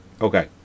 Okay